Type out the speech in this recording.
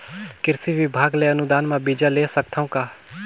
कृषि विभाग ले अनुदान म बीजा ले सकथव का?